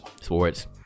sports